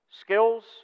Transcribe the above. skills